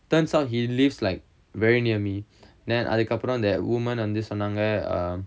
turns out he lives like very near me then அதுக்கப்புறம் அந்த:athukkappuram antha woman வந்து சொன்னாங்க:vanthu sonnanga um